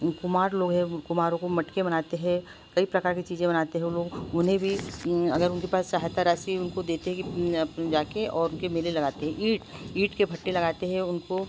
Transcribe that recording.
कुम्हार लोग हैं कुम्हारों को मटके बनाते हैं कई प्रकार की चीज़ें बनाते हैं वे लोग उन्हें भी अगर उनके पास सहायता राशि उनको देते हैं कि जाकर उनके मेले लगाते हैं ईंट ईंट के भट्टे लगाते हैं उनको